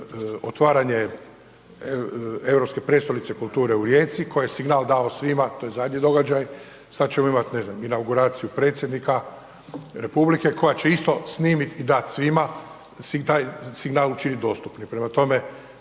događaja su Europske prijestolnice kulture u Rijeci koji je signal dao svima, to je zadnji događaj, sada ćemo imati ne znam inauguraciju predsjednika Republike koja će isto snimit i dat svima i taj signal će bit dostupan. Prema tome,